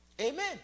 Amen